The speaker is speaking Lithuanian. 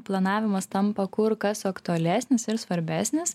planavimas tampa kur kas aktualesnis ir svarbesnis